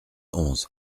onze